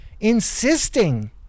insisting